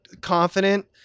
confident